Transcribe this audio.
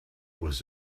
was